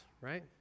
right